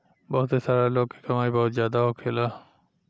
बहुते सारा लोग के कमाई बहुत जादा होखेला